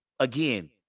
Again